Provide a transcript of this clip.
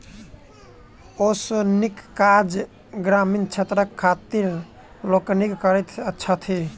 ओसौनीक काज ग्रामीण क्षेत्रक खेतिहर लोकनि करैत छथि